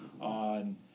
on